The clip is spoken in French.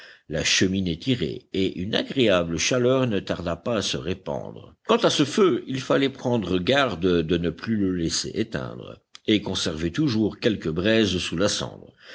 la cheminée tirait et une agréable chaleur ne tarda pas à se répandre quant à ce feu il fallait prendre garde de ne plus le laisser éteindre et conserver toujours quelque braise sous la cendre